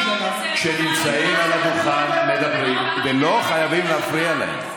כשנמצאים על הדוכן מדברים ולא חייבים להפריע להם.